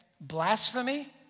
Blasphemy